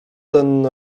ten